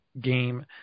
game